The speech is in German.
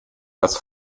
das